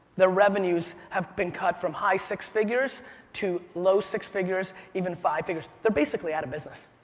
their revenues have been cut from high six figures to low six figures even five figures. they're basically out of business.